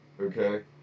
okay